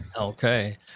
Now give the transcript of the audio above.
Okay